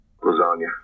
Lasagna